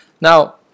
Now